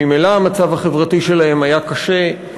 שממילא המצב החברתי שלהם היה קשה,